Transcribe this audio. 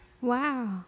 wow